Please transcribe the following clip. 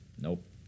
Nope